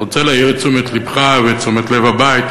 אני רוצה להעיר את תשומת לבך ואת תשומת לב הבית,